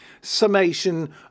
summation